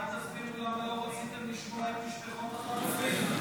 אולי תסביר לי למה לא רציתם לשמוע את משפחות החטופים?